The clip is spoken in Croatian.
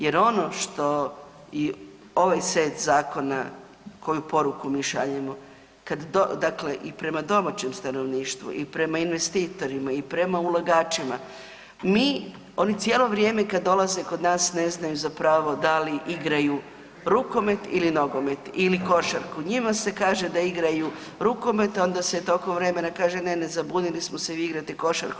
Jer ono što i ovaj set zakona, koju poruku mi šaljemo kad, dakle i prema domaćem stanovništvu i prema investitorima i prema ulagačima, mi, oni cijelo vrijeme kad dolaze kod nas ne znaju zapravo da li igraju rukomet ili nogomet ili košarku, njima se kaže da igraju rukomet onda se tokom vremena kaže, ne, ne, zabunili smo se, vi igrate košarku.